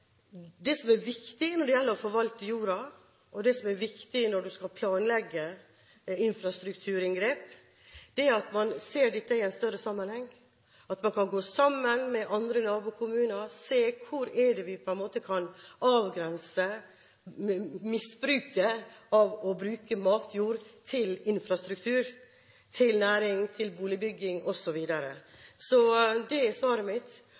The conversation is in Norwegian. Det som er viktig når det gjelder å forvalte jorda, og det som er viktig når man skal planlegge infrastrukturinngrep, er at man ser dette i en større sammenheng, at man kan gå sammen med nabokommuner og se på hvor man kan avgrense misbruket, nemlig å bruke matjord til infrastruktur – til næring, til boligbygging osv. Det er svaret mitt.